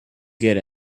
get